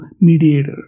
mediator